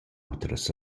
otras